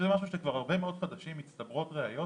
זה משהו שכבר הרבה מאוד חודשים מצטברות ראיות